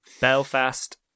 belfast